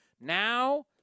Now